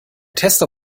tester